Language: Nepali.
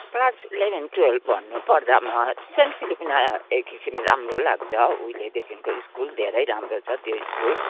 क्लास इलेभेन टुवेल्भ भन्नु पर्दा म सेन्ट फिलोमिना एक किसिम राम्रो लाग्छ उहिलेदेखिको स्कुल धेरै राम्रो छ त्यो स्कुल